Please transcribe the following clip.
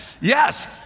Yes